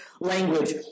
language